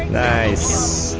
nice